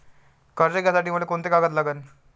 कर्ज घ्यासाठी मले कोंते कागद लागन?